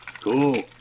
Cool